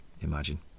imagine